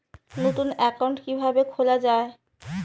নতুন একাউন্ট কিভাবে খোলা য়ায়?